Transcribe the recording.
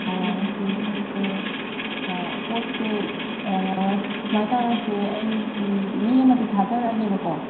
ꯑꯗꯨꯗꯤ ꯑꯩꯁꯦ ꯄꯣꯠꯁꯦ ꯁꯨꯃꯥꯏ ꯇꯧꯔꯁꯤ ꯑꯩꯒꯤ ꯃꯤ ꯑꯃꯗꯤ ꯊꯥꯖꯔꯛꯑꯒꯦꯕꯀꯣ